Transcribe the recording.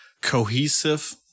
cohesive